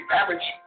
average